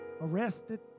arrested